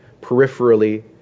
peripherally